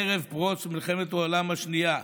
ערב פרוץ מלחמת העולם השנייה,